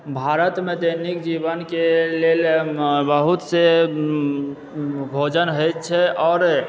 भारतमे दैनिक जीवनके लेल बहुत से भोजन होइत छै आओर एक